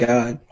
God